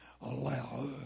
allow